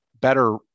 better